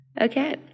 Okay